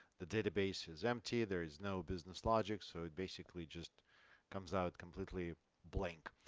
the database is empty, there is no business logic. so it basically just comes out completely blank.